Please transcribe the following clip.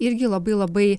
irgi labai labai